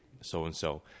so-and-so